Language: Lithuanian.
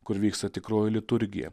kur vyksta tikroji liturgija